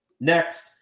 Next